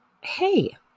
hey